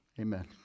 Amen